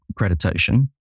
accreditation